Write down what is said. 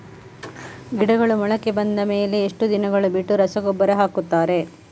ಗಿಡಗಳು ಮೊಳಕೆ ಬಂದ ಮೇಲೆ ಎಷ್ಟು ದಿನಗಳು ಬಿಟ್ಟು ರಸಗೊಬ್ಬರ ಹಾಕುತ್ತಾರೆ?